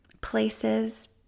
places